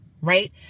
right